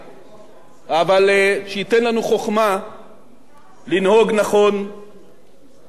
אבל, שייתן לנו חוכמה לנהוג נכון בתקופה הזאת.